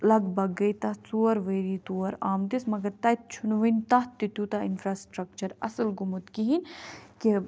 لَگ بھَگ گٔے تَتھ ژوٗر ؤری تور آمتِس مگر تَتہِ چھُنہٕ وُنہِ تَتھ تہِ تیوٗتاہ اِنفرٛاسٹرکچَر اصٕل گوٚمُت کِہیٖنۍ کہِ